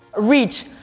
reach,